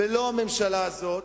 ולא הממשלה הזאת.